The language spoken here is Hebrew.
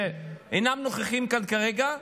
שאינם נוכחים כאן כרגע,